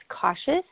cautious